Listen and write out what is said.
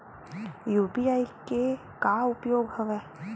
UPI के का उपयोग हवय?